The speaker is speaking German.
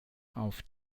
auf